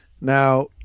Now